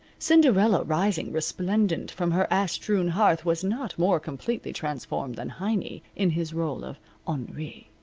cinderella rising resplendent from her ash-strewn hearth was not more completely transformed than heiny in his role of henri.